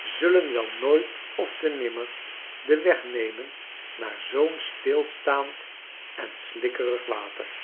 zullen wel nooit ofte nimmer den weg nemen naar zoo'n stilstaand en slikkerig water